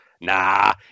nah